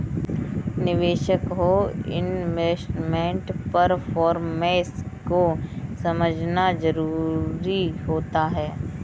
निवेशक को investment performance को समझना जरुरी होता है